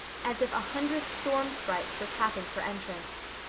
as if a hundred storm sprites were tapping for entrance.